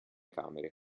camere